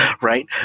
right